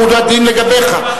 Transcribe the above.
הוא הדין לגביך.